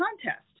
contest